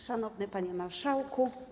Szanowny Panie Marszałku!